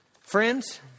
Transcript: Friends